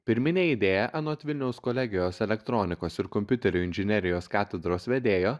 pirminė idėja anot vilniaus kolegijos elektronikos ir kompiuterių inžinerijos katedros vedėjo